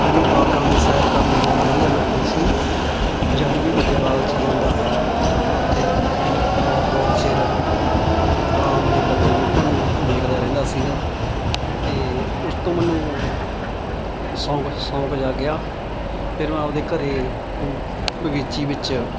ਮੈਨੂੰ ਬਾਗਾਂ ਦੀ ਸੈਰ ਕਰਨੀ ਬਹੁਤ ਵਧੀਆ ਲੱਗਦੀ ਸੀ ਜਦੋਂ ਵੀ ਕਿਤੇ ਬਾਗ 'ਚ ਜਾਂਦਾ ਮੈਂ ਉੱਥੇ ਬਹੁ ਬਹੁਤ ਬਹੁਤ ਚਿਰ ਉਹਨਾਂ ਫਲਾਂ ਦੇ ਲੱਦੇ ਬੂਟਿਆਂ ਨੂੰ ਵੇਖਦਾ ਰਹਿੰਦਾ ਸੀਗਾ ਅਤੇ ਉਸ ਤੋਂ ਮੈਨੂੰ ਸ਼ੌਂਕ ਸ਼ੌਂਕ ਜਾਗਿਆ ਫਿਰ ਮੈਂ ਆਪਣੇ ਘਰ ਬਗੀਚੀ ਵਿੱਚ